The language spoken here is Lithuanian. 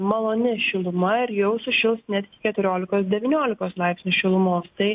maloni šiluma ir jau sušils net iki keturiolikos devyniolikos laipsnių šilumos tai